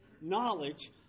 knowledge